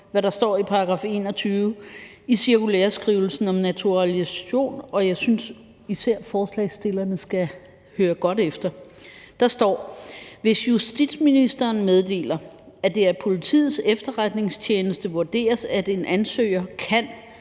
hvad der står i § 21 i cirkulæreskrivelsen om naturalisation, og jeg synes, at især forslagsstillerne skal høre godt efter. Der står: »Hvis justitsministeren meddeler, at det af Politiets Efterretningstjeneste vurderes, at en ansøger kan«